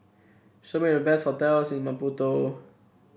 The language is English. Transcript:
show me the best hotels in Maputo